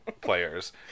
players